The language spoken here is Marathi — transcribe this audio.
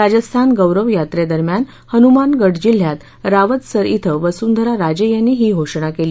राजस्थान गौरव यात्रेदरम्यान हनुमानगड जिल्ह्यात रावतसर इथं वसुंधरा राजे यांनी ही घोषणा केली